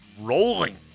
rolling